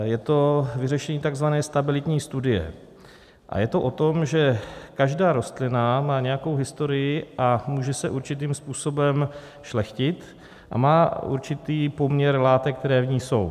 Je to vyřešení takzvané stabilitní studie a je to o tom, že každá rostlina má nějakou historii, může se určitým způsobem šlechtit a má určitý poměr látek, které v ní jsou.